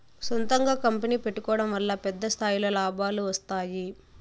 సొంతంగా కంపెనీ పెట్టుకోడం వల్ల పెద్ద స్థాయిలో లాభాలు వస్తాయి